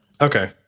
okay